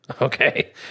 Okay